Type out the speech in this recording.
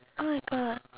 I have ah